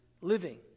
living